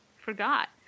forgot